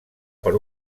per